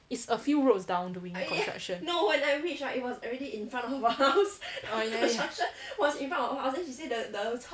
it's a few roads down doing construction oh ya ya